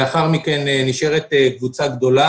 לאחר מכן נשארת קבוצה גדולה.